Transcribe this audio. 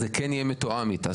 זה כן יהיה מתואם איתה.